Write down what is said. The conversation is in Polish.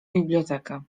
bibliotekę